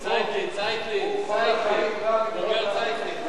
"צייטלין", "צייטלין", הוא בוגר "צייטלין".